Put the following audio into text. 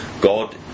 God